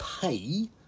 pay